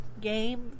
game